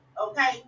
okay